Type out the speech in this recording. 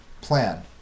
plan